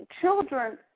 children